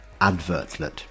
advertlet